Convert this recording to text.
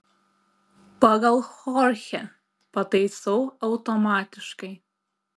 pagal chorchę pataisau automatiškai